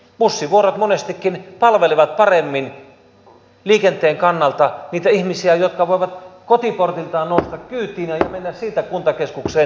bussivuorot monestikin palvelevat paremmin liikenteen kannalta niitä ihmisiä jotka voivat kotiportiltaan nousta kyytiin ja mennä siitä kuntakeskukseen